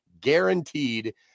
guaranteed